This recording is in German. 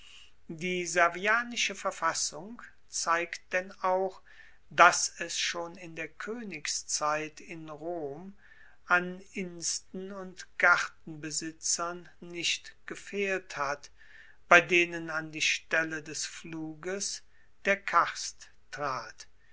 die servianische verfassung zeigt denn auch dass es schon in der koenigszeit in rom an insten und gartenbesitzern nicht gefehlt hat bei denen an die stelle des pfluges der karst trat